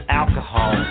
alcohol